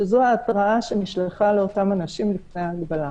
שזו ההתראה שנשלחה לאותם אנשים לפני ההגבלה.